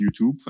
YouTube